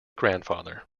grandfather